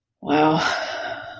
Wow